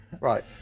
Right